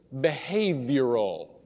behavioral